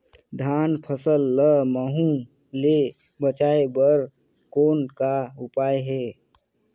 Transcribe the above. धान फसल ल महू ले बचाय बर कौन का उपाय हे?